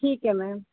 ਠੀਕ ਹੈ ਮੈਮ